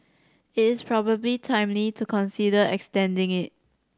it is probably timely to consider extending it